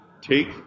take